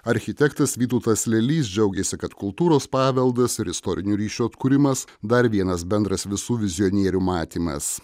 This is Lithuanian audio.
architektas vytautas lelys džiaugėsi kad kultūros paveldas ir istorinio ryšio atkūrimas dar vienas bendras visų vizionierių matymas